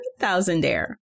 thousandaire